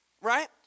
Right